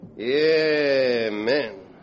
Amen